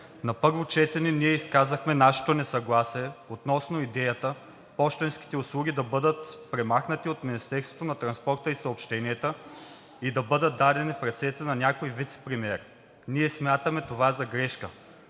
На първо четене ние изказахме нашето несъгласие относно идеята пощенските услуги да бъдат премахнати от Министерството на транспорта и съобщенията и да бъдат дадени в ръцете на някой вицепремиер. Ние смятаме това за грешка.